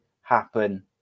happen